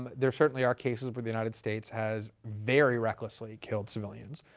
um there certainly are cases where the united states has very recklessly killed civilians.